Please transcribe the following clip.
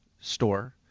store